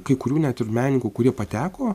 kai kurių net ir menininkų kurie pateko